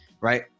right